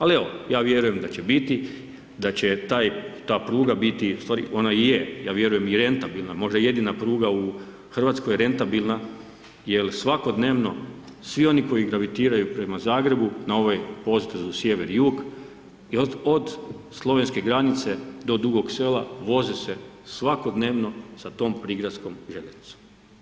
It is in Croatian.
Ali evo, ja vjerujem da će biti, da će ta pruga biti, ustvari ona i je, ja vjerujem i rentabilna, možda i jedina pruga u Hrvatskoj rentabilna jer svakodnevno svi oni koji gravitiraju prema Zagrebu na ovom potezu sjever-jug i od slovenske granice do Dugog Sela voze se svakodnevno sa tom prigradskom željeznicom.